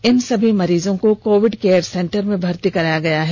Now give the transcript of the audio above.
इन सभी मरीजों को कोविड केअर सेंटर में भर्ती कराया गया है